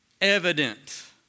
evident